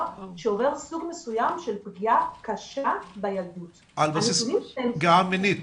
שעובר סוג מסוים של פגיעה קשה בילדות על בסיס פגיעה מינית.